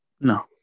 No